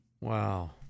Wow